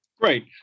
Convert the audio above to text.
Great